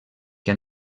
que